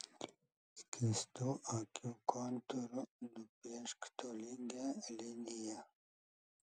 skystu akių kontūru nupiešk tolygią liniją